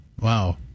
Wow